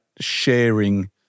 sharing